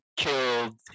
killed